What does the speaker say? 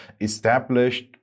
established